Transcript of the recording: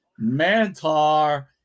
Mantar